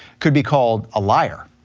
could be called a liar.